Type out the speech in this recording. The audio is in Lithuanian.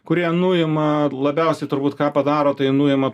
kurie nuima labiausiai turbūt ką padaro tai nuima